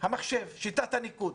שיטת הניקוד,